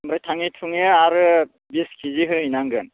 ओमफ्राय थाङै थुङै आरो बिस केजि होयैनांगोन